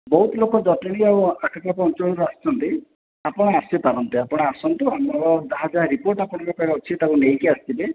ବହୁତ ଲୋକ ଜଟଣୀ ଆଉ ଆଖପାଖ ଅଞ୍ଚଳରୁ ଆସୁଛନ୍ତି ଆପଣ ଆସିପାରନ୍ତେ ଆପଣ ଆସନ୍ତୁ ଆମର ଯାହା ଯାହା ରିପୋର୍ଟ ଆପଣଙ୍କ ପାଖରେ ଅଛି ତାକୁ ନେଇକି ଆସିଥିବେ